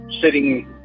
sitting